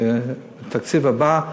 בתקציב הבא,